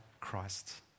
Christ